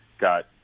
got